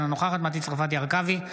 אינה נוכחת מטי צרפתי הרכבי,